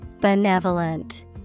Benevolent